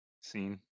seen